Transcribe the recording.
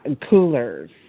coolers